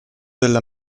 della